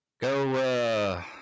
go